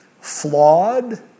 flawed